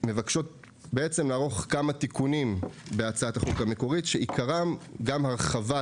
מבקשות לערוך כמה תיקונים בהצעת החוק המקורית שעיקרם גם הרחבת